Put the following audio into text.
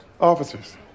Officers